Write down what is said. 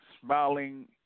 smiling